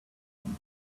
him